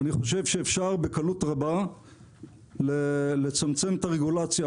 אני חושב שאפשר בקלות רבה לצמצם את הרגולציה